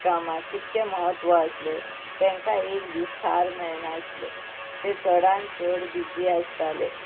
कामाक कितके म्हत्व आसले तेंकां एक दीस थार मेळनासलो ते चडान चड बिजी आसताले